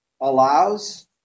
allows